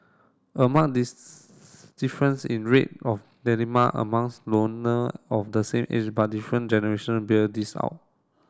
a mark difference in rate of among the loner of the same age but different generation beer this out